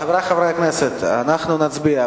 חברי חברי הכנסת, אנחנו נצביע.